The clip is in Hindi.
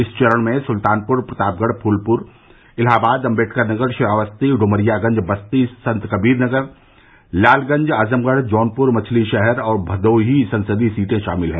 इस चरण में सुल्तानपुर प्रतापगढ़ फूलपुर इलाहाबाद अम्बेडकरनगर श्रावस्ती डुमरियागंज बस्ती संतकबीरनगर लालगंज आजमगढ़ जौनपुर मछलीशहर और भदोही संसदीय सीटें शामिल हैं